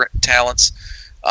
talents